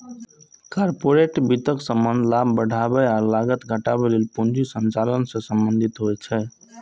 corporate वित्तक संबंध लाभ बढ़ाबै आ लागत घटाबै लेल पूंजी संचालन सं संबंधित होइ छै